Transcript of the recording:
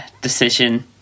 decision